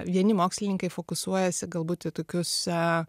vieni mokslininkai fokusuojasi galbūt į tokius